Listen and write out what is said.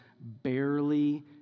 barely